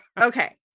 Okay